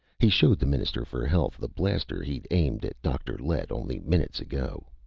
he showed the minister for health the blaster he'd aimed at dr. lett only minutes ago.